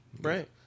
right